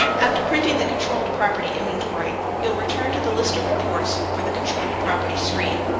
after printing the controlled property inventory, you'll return to the list of reports for the controlled property screen.